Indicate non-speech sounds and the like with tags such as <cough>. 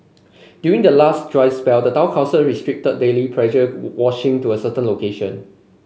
during the last dry spell the town council restricted daily pressure <unintelligible> washing to a certain location